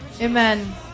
amen